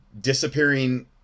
disappearing